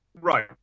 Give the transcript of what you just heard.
Right